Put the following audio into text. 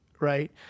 Right